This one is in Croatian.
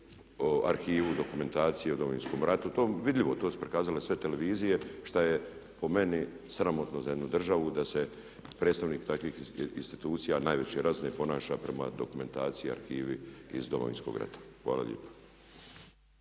u arhivu, dokumentaciju o Domovinskom ratu, to je vidljivo, to su prikazale sve televizije što je po meni sramotno za jednu državu da se predstavnik takvih institucija, najviše razine, ponaša prema dokumentaciji i arhivi iz Domovinskog rata. Hvala lijepa.